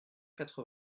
quatre